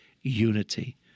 Unity